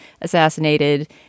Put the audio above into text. assassinated